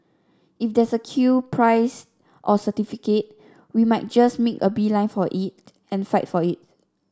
if there's a queue prize or certificate we might just make a beeline for it and fight for it